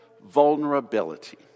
Vulnerability